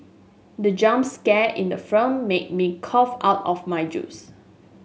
the jump scare in the film made me cough out of my juice